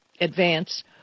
advance